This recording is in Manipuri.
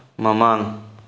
ꯃꯃꯥꯡ